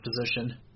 position